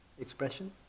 expression